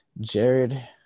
Jared